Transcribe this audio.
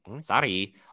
Sorry